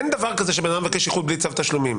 אין דבר כזה שאדם מבקש איחוד בלי צו תשלומים.